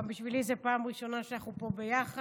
גם בשבילי זו פעם ראשונה שאנחנו פה ביחד,